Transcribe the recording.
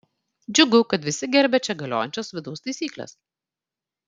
džiugu kad visi gerbia čia galiojančias vidaus taisykles